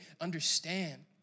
understand